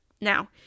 now